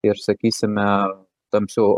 ir sakysime tamsiu